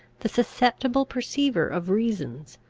the susceptible perceiver of reasons,